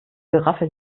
geraffel